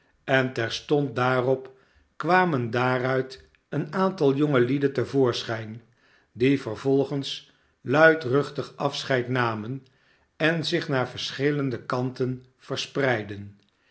en terstond daarop kwamen daaruit een aantal jonge lieden te voorschijn die vervolgens luidruchtig afscheid namen en zich naar verschillende kanten verspreidden